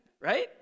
right